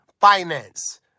finance